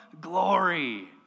glory